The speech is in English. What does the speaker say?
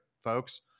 folks